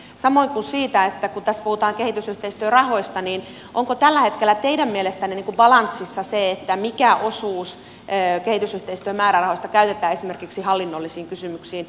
samoin kysyisin siitä kun tässä puhutaan kehitysyhteistyörahoista onko tällä hetkellä teidän mielestänne balanssissa se mikä osuus kehitysyhteistyömäärärahoista käytetään esimerkiksi hallinnollisiin kysymyksiin